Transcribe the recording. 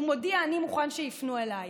הוא מודיע: אני מוכן שיפנו אליי.